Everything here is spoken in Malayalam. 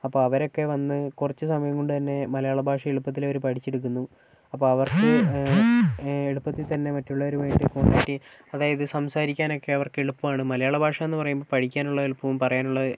അപ്പോൾ അവരൊക്കെ വന്ന് കുറച്ചു സമയം കൊണ്ടുതന്നെ മലയാളഭാഷ എളുപ്പത്തിൽ അവർ പഠിച്ചെടുക്കുന്നു അപ്പോൾ അവർക്ക് എളുപ്പത്തിൽതന്നെ മറ്റുള്ളവരുമായിട്ട് കോൺടാക്ട് അതായത് സംസാരിക്കാനൊക്കെ അവർക്ക് എളുപ്പമാണ് മലയാള ഭാഷയെന്നു പറയുമ്പോൾ പഠിക്കാനുള്ള എളുപ്പവും പറയാനുള്ള